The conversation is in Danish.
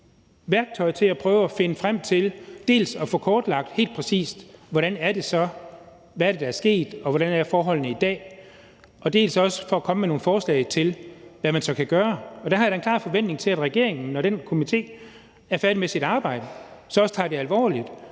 værktøj til at prøve at finde frem til nogle ting; dels skulle den kortlægge helt præcis, hvad det er, der er sket, og hvordan forholdene er i dag, dels skulle den komme med nogle forslag til, hvad man så kan gøre. Der har jeg da en klar forventning om, at regeringen, når den komité er færdig med sit arbejde, også tager det alvorligt